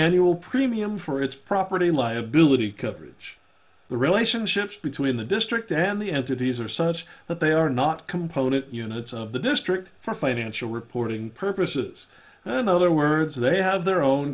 annual premium for its property liability coverage the relationships between the district and the entities are such that they are not component units of the district for financial reporting purposes in other words they have their own